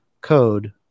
code